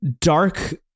dark